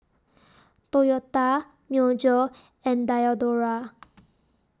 Toyota Myojo and Diadora